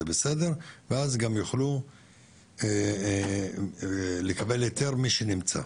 זה בסדר ואז גם מי שנמצא יוכל לקבל היתר.